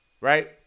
right